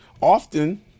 Often